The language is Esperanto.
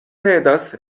tedas